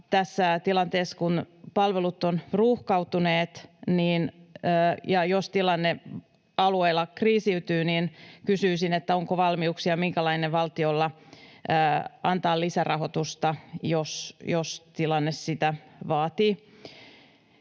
tässä tilanteessa, kun palvelut ovat ruuhkautuneet ja jos tilanne alueilla kriisiytyy, kysyisin: onko minkälaisia valmiuksia valtiolla antaa lisärahoitusta, jos tilanne sitä vaatii?